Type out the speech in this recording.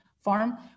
farm